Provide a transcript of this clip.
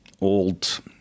old